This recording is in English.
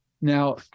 Now